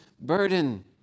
burden